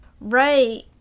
Right